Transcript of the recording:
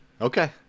Okay